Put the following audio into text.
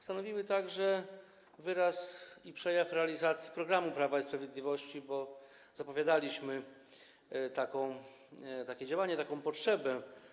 Stanowiły także wyraz i przejaw realizacji programu Prawa i Sprawiedliwości, bo zapowiadaliśmy takie działania i taką potrzebę.